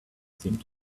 seemed